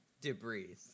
Debris